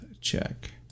check